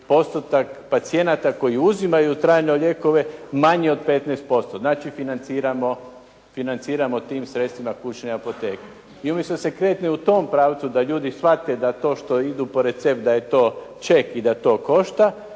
postotak pacijenata koji uzimaju trajno lijekove manji od 15%. Znači financiramo tim sredstvima kućne apoteke. I umjesto da se krene u tom pravcu da ljudi shvate da što idu po recept da je to ček i da to košta,